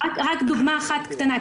דוגמה קטנה.